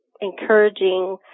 encouraging